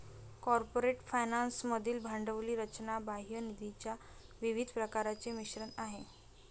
corporate finance मधील भांडवली रचना बाह्य निधीच्या विविध प्रकारांचे मिश्रण आहे